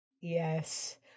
Yes